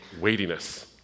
weightiness